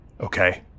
Okay